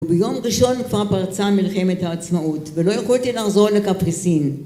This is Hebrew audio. ביום ראשון כבר פרצה מלחמת העצמאות ולא יכולתי לחזור לקפריסין